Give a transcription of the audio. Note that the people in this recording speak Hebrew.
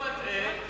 הוא מטעה,